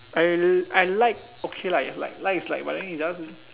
I I like okay like like like is but then it's just